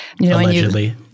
Allegedly